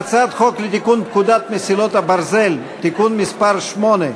הצעת חוק לתיקון פקודת מסילות הברזל (תיקון מס' 8),